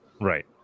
Right